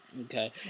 Okay